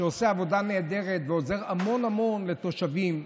שעושה עבודה נהדרת ועוזר המון המון לתושבים,